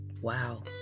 Wow